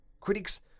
Critics